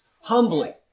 humbly